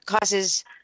causes